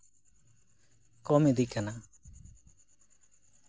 ᱠᱚᱢ ᱤᱫᱤᱜ ᱠᱟᱱᱟ